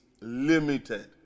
limited